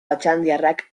otxandiarrak